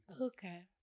Okay